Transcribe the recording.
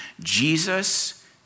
Jesus